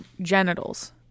genitals